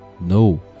No